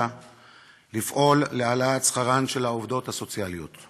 לפעול להעלאת שכרן של העובדות הסוציאליות.